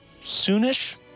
Soonish